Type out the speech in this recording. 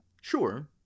Sure